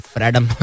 Freedom